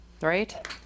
right